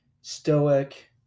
stoic